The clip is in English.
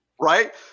Right